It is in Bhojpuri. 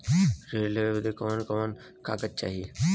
ऋण लेवे बदे कवन कवन कागज चाही?